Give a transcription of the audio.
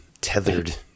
tethered